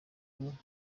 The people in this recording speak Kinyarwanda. uburyo